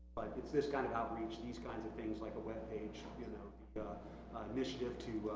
it's this kind of outreach these kinds of things like a webpage you know yeah initiative to